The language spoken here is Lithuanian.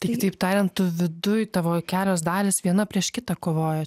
tai kitaip tarianttu viduj tavo kelios dalys viena prieš kitą kovojo